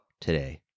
today